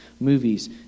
movies